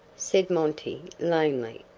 said monty, lamely.